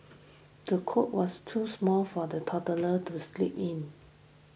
the cot was too small for the toddler to sleep in